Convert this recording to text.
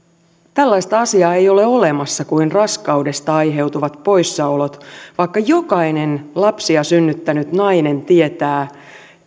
tällaista asiaa kuin raskaudesta aiheutuvat poissaolot ei ole olemassa vaikka jokainen lapsia synnyttänyt nainen tietää